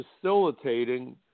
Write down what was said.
facilitating